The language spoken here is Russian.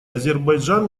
азербайджан